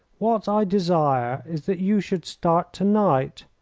what i desire is that you should start tonight,